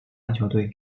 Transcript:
篮球队